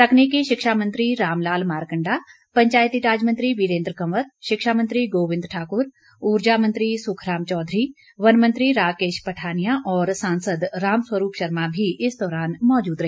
तकनीकी शिक्षा मंत्री रामलाल मारकंडा पंचायती राज मंत्री वीरेन्द्र कंवर शिक्षा मंत्री गोविंद ठाकुर उर्जा मंत्री सुखराम चौधरी वनमंत्री राकेश पठानिया और सांसद रामस्वरूप शर्मा भी इस दौरान मौजूद रहे